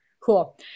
Cool